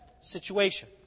situation